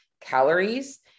calories